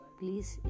please